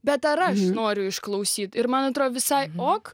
bet ar aš noriu išklausyt ir man atrodo visai ok